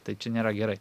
tai čia nėra gerai